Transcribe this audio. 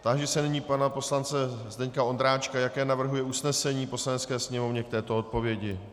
Táži se nyní pana poslance Zdeňka Ondráčka, jaké navrhuje usnesení Poslanecké sněmovně k této odpovědi.